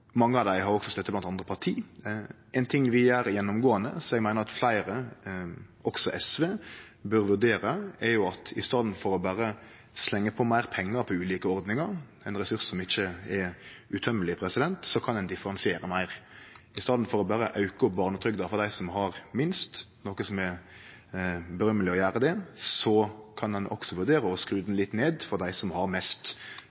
Mange av dei har også støtte blant andre parti. Ein ting vi gjer gjennomgåande, som eg meiner at fleire, også SV, bør vurdere, er at i staden for berre å slengje på meir pengar – ein ressurs som ikkje er utømmeleg – til ulike ordningar kan ein differensiere meir. I staden for berre å auke barnetrygda til dei som har minst, noko som er rosverdig nok å gjere, kan ein også vurdere å skru